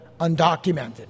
undocumented